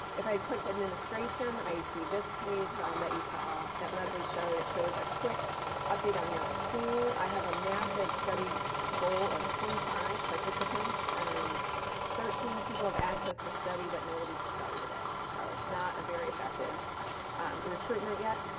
if i clicked administration, i see this page um that you saw that leslie showed, it shows a quick update on your accrual. i have a massive study goal of twenty five participants and thirteen people have accessed the study but nobody's started it. so not a very effective recruitment yet.